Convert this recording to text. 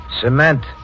Cement